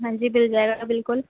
ہاں جی مل جائے بالکل